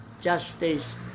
justice